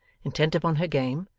intent upon her game,